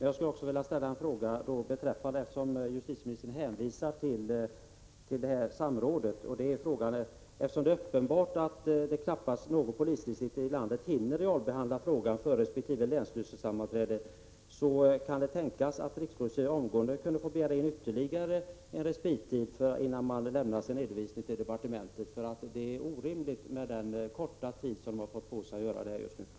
Justitieministern hänvisar till samrådet, men eftersom det är uppenbart att knappast något polisdistrikt i landet hinner realbehandla frågan före resp. länsstyrelsesammanträde vill jag fråga om det kan tänkas att rikspolisstyrelsen omgående kunde begära ytterligare respittid innan redovisning skall lämnas till departementet. Man har fått orimligt kort tid på sig för denna redovisning.